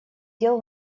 дел